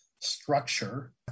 structure